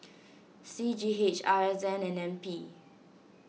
C G H R S N and N P